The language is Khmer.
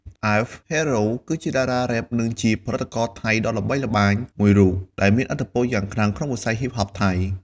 F.HERO គឺជាតារារ៉េប និងជាផលិតករថៃដ៏ល្បីល្បាញមួយរូប ដែលមានឥទ្ធិពលយ៉ាងខ្លាំងក្នុងវិស័យហ៊ីបហបថៃ។